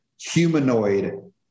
humanoid